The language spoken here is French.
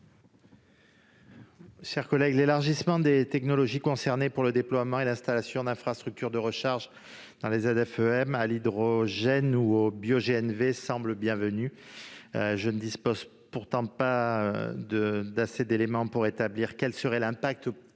de la commission ? L'élargissement des technologies concernées par le déploiement et l'installation d'infrastructures de recharge dans les ZFE-m à l'hydrogène ou au bioGNV semble bienvenu. Je ne dispose néanmoins pas d'assez d'éléments pour évaluer l'impact